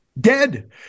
Dead